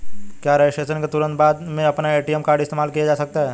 क्या रजिस्ट्रेशन के तुरंत बाद में अपना ए.टी.एम कार्ड इस्तेमाल किया जा सकता है?